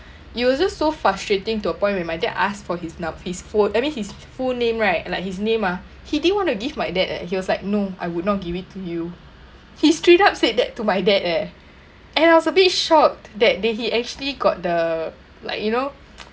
it was so frustrating to a point when my dad asked for his now his phone I mean his full name right like his name ah he didn't want to give my dad eh he was like no I would not give it to you he straight up said that to my dad eh and I was a bit shocked that they he actually got the like you know